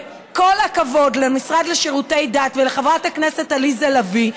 וכל הכבוד למשרד לשירותי דת ולחברת הכנסת עליזה לביא,